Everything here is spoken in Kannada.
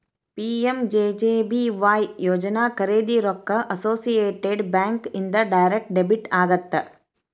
ಪಿ.ಎಂ.ಜೆ.ಜೆ.ಬಿ.ವಾಯ್ ಯೋಜನಾ ಖರೇದಿ ರೊಕ್ಕ ಅಸೋಸಿಯೇಟೆಡ್ ಬ್ಯಾಂಕ್ ಇಂದ ಡೈರೆಕ್ಟ್ ಡೆಬಿಟ್ ಆಗತ್ತ